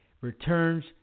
Returns